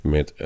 Met